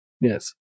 Yes